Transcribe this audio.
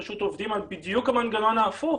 פשוט עובדים על המנגנון ההפוך,